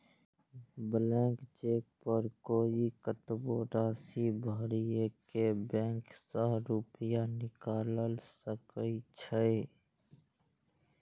blank cheque पर कोइ कतबो राशि भरि के बैंक सं रुपैया निकालि सकै छै